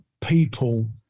people